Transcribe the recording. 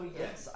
yes